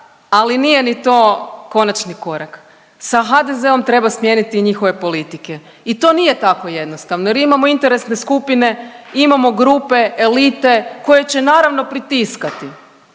ali nije ni to konačni korak, sa HDZ-om treba smijeniti i njihove politike i to nije tako jednostavno jer imamo interesne skupine, imamo grupe, elite koje će naravno pritiskati.